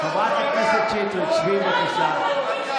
חברת הכנסת שטרית, שבי, בבקשה.